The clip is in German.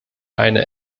eine